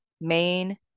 main